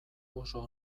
oso